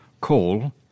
Call